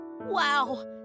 Wow